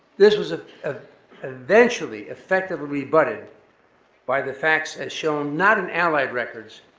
this was ah ah eventually effectively rebutted by the facts as shown not in allied records,